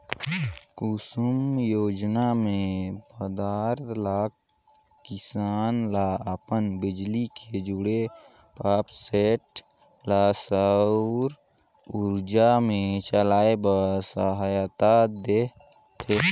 कुसुम योजना मे पंदरा लाख किसान ल अपन बिजली ले जुड़े पंप सेट ल सउर उरजा मे चलाए बर सहायता देह थे